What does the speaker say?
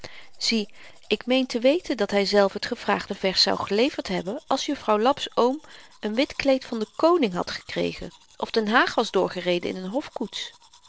zie ik meen te weten dat hyzelf het gevraagde vers zou geleverd hebben als jufvrouw laps oom een wit kleed van den koning had gekregen of den haag was doorgereden in een hofkoets